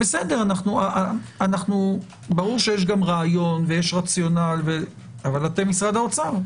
ברור שיש רעיון ורציונל, אבל אתם משרד האוצר.